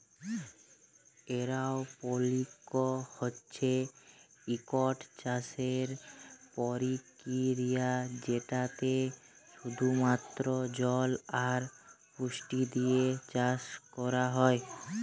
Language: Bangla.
এরওপলিক্স হছে ইকট চাষের পরকিরিয়া যেটতে শুধুমাত্র জল আর পুষ্টি দিঁয়ে চাষ ক্যরা হ্যয়